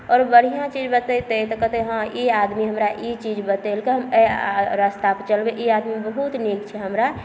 आओर बढ़िऑं चीज बतेतै तऽ कहतै हँ आदमी हमरा ई चीज बतेलकै एहि रास्ता पर चलबै ई आदमी बहुत नीक छै हमरा